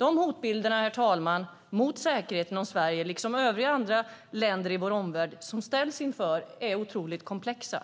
Herr talman! Hoten mot säkerheten, som Sverige liksom övriga länder i vår omvärld ställs inför, är otroligt komplexa.